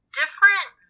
different